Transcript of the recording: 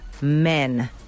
men